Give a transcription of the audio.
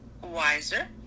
wiser